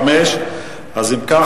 5. אם כך,